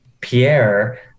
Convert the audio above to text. Pierre